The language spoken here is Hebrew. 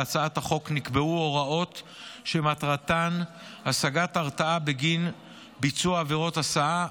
בהצעת החוק נקבעו הוראות שמטרתן השגת הרתעה בגין ביצוע עבירות הסעה,